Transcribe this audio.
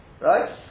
Right